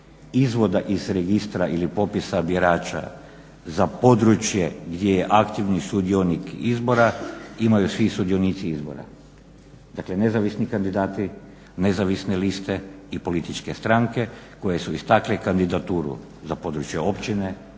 izvoda iz registra ili popisa birača za područje gdje je aktivni sudionik izbora, imaju svi sudionici izbora dakle nezavisni kandidati nezavisne liste i političke stranke koje su istakle kandidaturu za područje općine